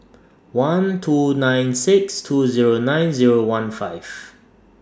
one two nine six two Zero nine Zero one five